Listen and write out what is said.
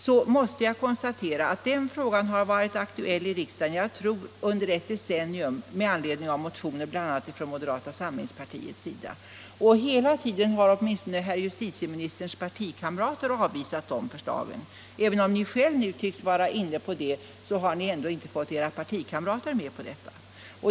Jag måste konstatera att den frågan har varit aktuell i riksdagen under jag tror ett decennium med anledning av motioner bl.a. från moderata samlingspartiet. Hela tiden har åtminstone herr justitieministerns partikamrater avvisat de framförda förslagen. Även om ni själv nu tycks vara inne på dem har ni ändå inte fått era partikamrater med på det.